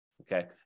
Okay